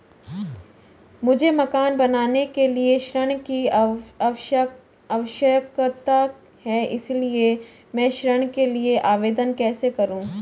मुझे मकान बनाने के लिए ऋण की आवश्यकता है इसलिए मैं ऋण के लिए आवेदन कैसे करूं?